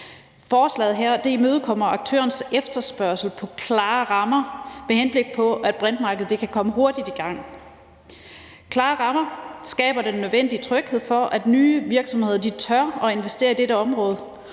Forslaget her imødekommer aktørernes efterspørgsel på klare rammer, med henblik på at brintmarkedet kan komme hurtigt i gang. Klare rammer skaber den nødvendige tryghed, for at nye virksomheder tør at investere i dette område,